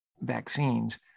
vaccines